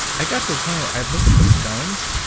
i got to the point where i'd look at the scones,